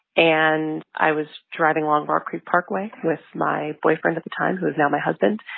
and i was driving along rock creek parkway with my boyfriend at the time, who is now my husband.